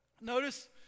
notice